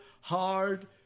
hard